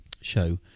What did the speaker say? show